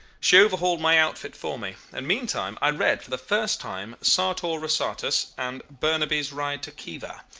she overhauled my outfit for me, and meantime i read for the first time sartor resartus and burnaby's ride to khiva.